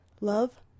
Love